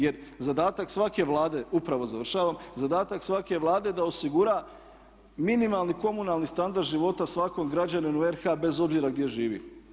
Jer zadatak svake Vlade, upravo završavam, zadatak svaka Vlade je da osigura minimalni komunalni standard života svakog građanina u RH bez obzira gdje živi.